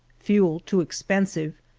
fuel too expensive,